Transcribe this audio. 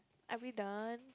are we done